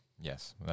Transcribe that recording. Yes